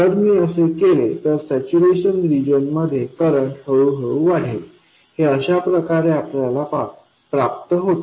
जर मी असे केले तर सॅच्यूरेशन रिजनमध्ये करंट हळूहळू वाढेल हे अशाप्रकारे आपल्याला प्राप्त होते